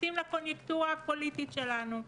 מתאים לקונייקטורה הפוליטית שלנו.